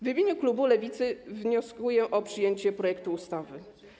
W imieniu klubu Lewicy wnioskuję o przyjęcie projektu ustawy.